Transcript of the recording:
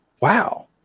Wow